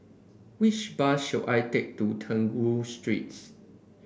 which bus should I take to Trengganu Streets